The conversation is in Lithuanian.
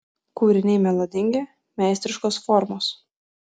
kūriniai melodingi meistriškos formos